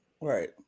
right